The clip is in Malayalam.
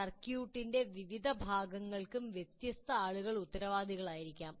സർക്യൂട്ടിന്റെ വിവിധ ഭാഗങ്ങൾക്കും വ്യത്യസ്ത ആളുകൾ ഉത്തരവാദികളായിരിക്കാം